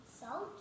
Salt